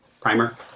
Primer